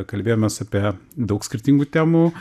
kalbėjomės apie daug skirtingų temų